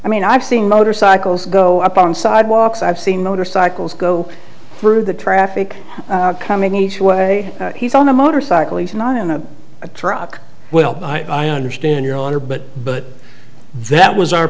i mean i've seen motorcycles go up on sidewalks i've seen motorcycles go through the traffic coming each way he's on a motorcycle he's not in a truck well i understand your honor but but that was our